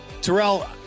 Terrell